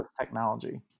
technology